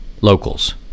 Locals